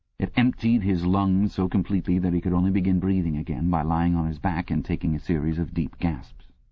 it emptied his lungs so completely that he could only begin breathing again by lying on his back and taking a series of deep gasps.